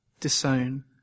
disown